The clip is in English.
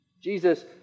Jesus